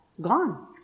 gone